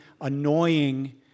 annoying